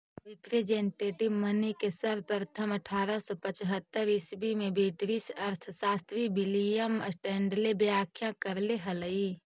representative money के सर्वप्रथम अट्ठारह सौ पचहत्तर ईसवी में ब्रिटिश अर्थशास्त्री विलियम स्टैंडले व्याख्या करले हलई